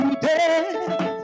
today